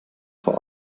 vor